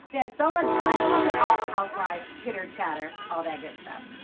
we had so much fun talking all housewife chitter chatter, all that good stuff.